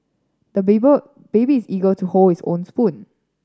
the baby is eager to hold his own spoon